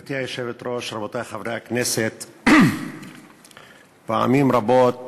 גברתי היושבת-ראש, רבותי חברי הכנסת, פעמים רבות